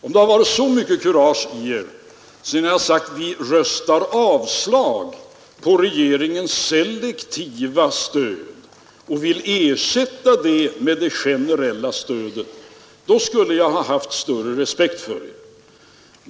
Om ni haft så mycket kurage att ni yrkat avslag på regeringens selektiva stöd och velat ersätta det med det generella stödet, skulle jag ha haft större respekt för er.